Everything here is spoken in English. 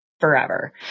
forever